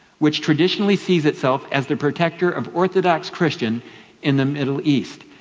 which traditionally sees itself as the protector of orthodox christians in the middle east.